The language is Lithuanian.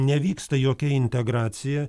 nevyksta jokia integracija